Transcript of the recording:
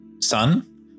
sun